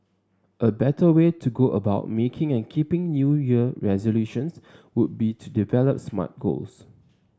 a better way to go about making and keeping New Year resolutions would be to develop smart goals